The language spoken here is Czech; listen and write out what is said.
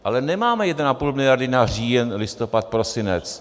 Ale nemáme 1,5 miliardy na říjen, listopad, prosinec.